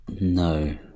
No